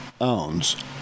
owns